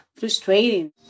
frustrating